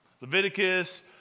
Leviticus